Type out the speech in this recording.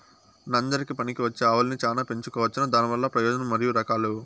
నంజరకి పనికివచ్చే ఆవులని చానా పెంచుకోవచ్చునా? దానివల్ల ప్రయోజనం మరియు రకాలు?